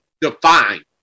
Define